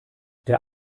der